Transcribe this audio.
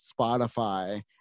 Spotify